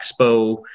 Expo